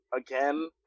again